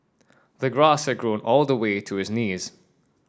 the grass had grown all the way to his knees